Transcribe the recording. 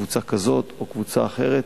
קבוצה כזאת או קבוצה אחרת.